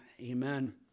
Amen